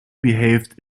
behaved